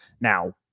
now